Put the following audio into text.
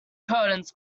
curtains